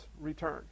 return